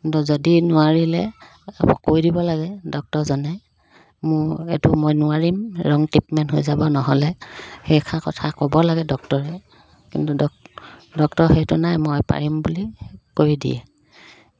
কিন্তু যদি নোৱাৰিলে কৈ দিব লাগে ডক্তৰজনে মোৰ এইটো মই নোৱাৰিম ৰং ট্ৰিটমেণ্ট হৈ যাব নহ'লে সেইষাৰ কথা ক'ব লাগে ডক্তৰে কিন্তু ডক্তৰে সেইটো নাই মই পাৰিম বুলি কৈ দিয়ে